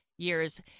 years